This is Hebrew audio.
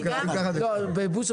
ברכות.